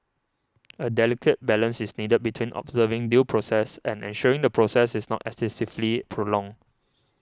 a delicate balance is needed between observing due process and ensuring the process is not excessively prolonged